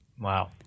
Wow